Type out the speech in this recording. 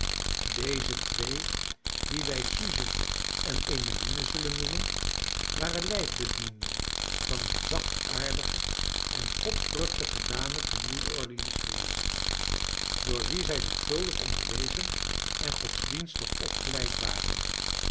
deze twee die wij suze en emmeline zullen noemen waren lijfbedienden van een zachtaardige en godvruchtige dame te nieuw orleans geweest door wie zij zorgvuldig onderwezen en godsdienstig opgeleid waren